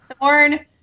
thorn